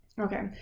Okay